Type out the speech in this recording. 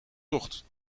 tocht